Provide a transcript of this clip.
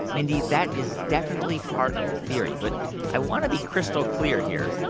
mindy, that is definitely part of the theory. but i want to be crystal clear here.